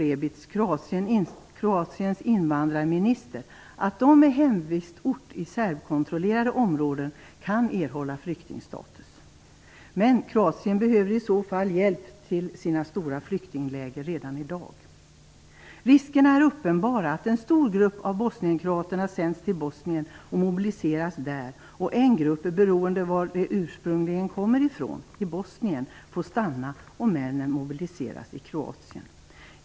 Rebic, Kroatiens invandrarminister, att de med hemvistort i serbkontrollerade områden kan erhålla flyktingstatus. Men Kroatien behöver i så fall hjälp till sina stora flyktingläger redan i dag. Riskerna är uppenbara att en stor grupp av bosnienkroaterna sänds till Bosnien och mobiliseras där och att en grupp, beroende på varifrån i Bosnien de ursprungligen kommer, får stanna och männen mobiliseras i Kroatien.